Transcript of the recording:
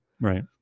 Right